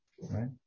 Right